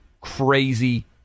crazy